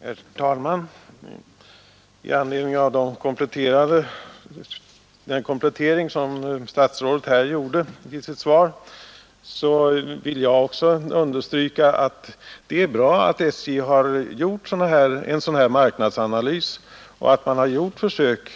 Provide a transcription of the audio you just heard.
Herr talman! I anledning av statsrådets komplettering till sitt svar vill jag också understryka att det är bra att SJ har gjort en sådan här marknadsanalys och har gjort försök